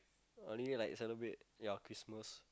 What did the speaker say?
I only like celebrate ya Christmas